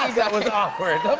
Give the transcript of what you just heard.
that was awkward.